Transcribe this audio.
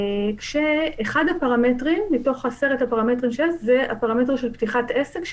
אחד הפרמטרים מתוך עשרת הפרמטרים זה הפרמטר של פתיחת עסק,